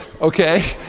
okay